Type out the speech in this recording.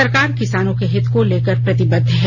सरकार किसानों के हित को लेकर प्रतिबद्ध है